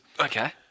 Okay